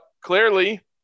clearly